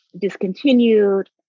discontinued